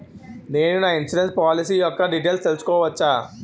నేను నా insurance policy యెక్క డీటైల్స్ తెల్సుకోవచ్చా?